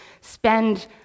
spend